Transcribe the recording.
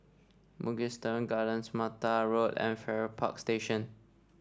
Mugliston Gardens Mattar Road and Farrer Park Station